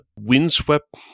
windswept